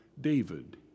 David